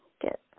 get